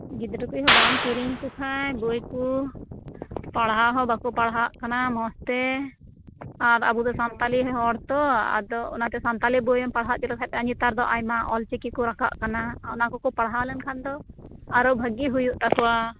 ᱜᱤᱫᱽᱨᱟᱹ ᱠᱚᱦᱚᱸ ᱵᱟᱢ ᱠᱤᱨᱤᱧ ᱟᱠᱚ ᱠᱷᱟᱡ ᱵᱳᱭ ᱠᱚ ᱯᱟᱲᱦᱟᱣ ᱦᱚᱸ ᱵᱟᱠᱚ ᱯᱟᱲᱦᱟᱜ ᱠᱟᱱᱟ ᱢᱚᱸᱡᱽ ᱛᱮ ᱟᱨ ᱟᱵᱚ ᱫᱚ ᱥᱟᱱᱛᱟᱞᱤ ᱨᱮᱱ ᱦᱚᱲ ᱛᱚ ᱟᱫᱚ ᱚᱱᱟᱛᱮ ᱥᱟᱱᱛᱟᱞᱤ ᱵᱳᱭ ᱮᱢ ᱯᱟᱲᱦᱟᱣ ᱪᱚ ᱞᱮᱠᱷᱟᱡ ᱱᱮᱛᱟᱨ ᱫᱚ ᱟᱭᱢᱟ ᱚᱞᱪᱤᱠᱤ ᱠᱚ ᱨᱟᱠᱟᱵ ᱠᱟᱱᱟ ᱚᱱᱟ ᱠᱚᱠᱚ ᱯᱟᱲᱦᱟᱣ ᱞᱮᱱ ᱠᱷᱟᱱ ᱫᱚ ᱟᱨᱚ ᱵᱷᱟᱹᱜᱤ ᱦᱩᱭᱩᱜ ᱛᱟᱠᱚᱣᱟ